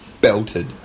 belted